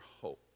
hope